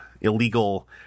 Illegal